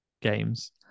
games